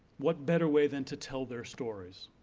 what better way than to tell their stories?